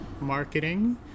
marketing